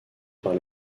par